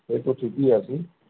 সে তো ঠিকই আছে